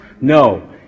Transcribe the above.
No